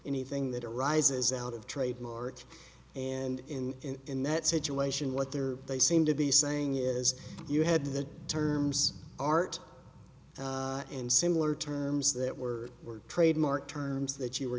anything that arises out of trademark and in in that situation what they're they seem to be saying is you had the terms art and similar terms that were were trademark terms that you were